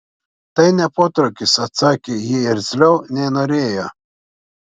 tai ne potraukis atsakė ji irzliau nei norėjo